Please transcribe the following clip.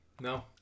No